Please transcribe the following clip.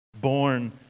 born